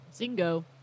zingo